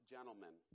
Gentlemen